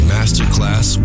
Masterclass